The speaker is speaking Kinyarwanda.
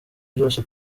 byose